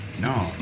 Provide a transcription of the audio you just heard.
No